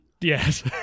yes